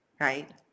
right